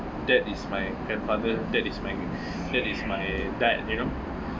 that is my grandfather that is my that is my dad you know